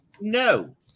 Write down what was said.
no